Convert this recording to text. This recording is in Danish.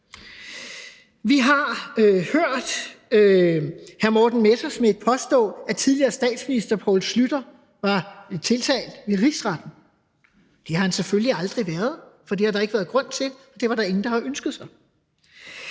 Vi har hørt hr. Morten Messerschmidt påstå, at tidligere statsminister Poul Schlüter var tiltalt ved Rigsretten. Det har han selvfølgelig aldrig været, for det har der ikke været grund til, og det var der ingen der havde ønsket sig.